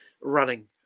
running